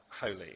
holy